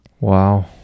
Wow